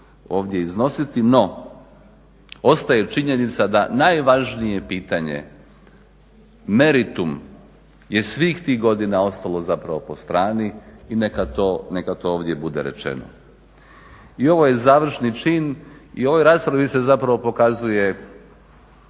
ovdje iznositi. No, ostaje činjenica da najvažnije pitanje, meritum je svih tih godina ostalo zapravo po strani i neka to ovdje bude rečeno. I ovo je završni čin i u ovoj raspravi se zapravo pokazuje